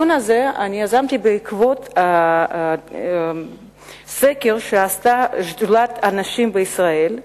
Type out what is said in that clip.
אני יזמתי את הדיון הזה בעקבות סקר שעשתה שדולת הנשים בישראל,